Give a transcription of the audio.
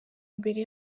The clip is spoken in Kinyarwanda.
imbere